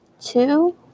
two